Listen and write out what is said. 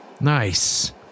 Nice